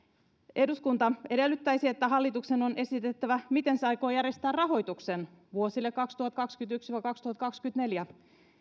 eduskunta edellyttäisi että hallituksen on esitettävä miten se aikoo järjestää rahoituksen vuosille kaksituhattakaksikymmentäyksi viiva kaksituhattakaksikymmentäneljä